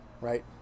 right